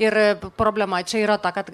ir problema čia yra ta kad